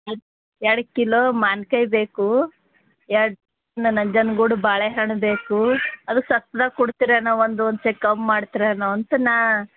ಎರಡು ಕಿಲೋ ಮಾವಿನ್ಕಾಯಿ ಬೇಕು ಎರಡು ನಂಜನ್ಗೂಡು ಬಾಳೆಹಣ್ಣು ಬೇಕು ಅದು ಸಸ್ತದಾಗೆ ಕೊಡ್ತಿರೇನೋ ಒಂದು ಒಂದು ಸ್ವಲ್ಪ ಕಮ್ಮಿ ಮಾಡ್ತೀರೇನೋ ಅಂತ ನಾ